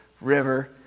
river